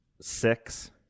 Six